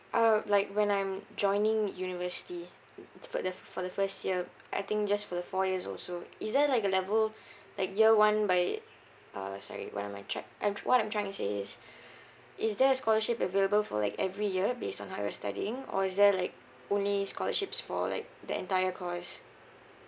uh like when I'm joining university mm it's for the for the first year I think just for the four years also is there like a level like year one by uh sorry one of my check I'm what I'm trying to say is is there a scholarship available for like every year based on how you're studying or is there like only scholarships for like the entire course